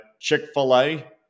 Chick-fil-A